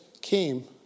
came